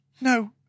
No